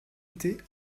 était